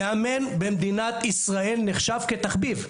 מאמן במדינת ישראל נחשב כתחביב.